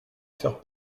faire